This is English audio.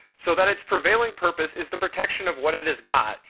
so that its prevailing purpose is the protection of what it has got,